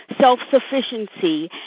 self-sufficiency